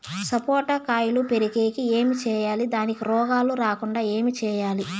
సపోట కాయలు పెరిగేకి ఏమి సేయాలి దానికి రోగాలు రాకుండా ఏమి సేయాలి?